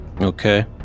Okay